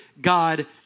God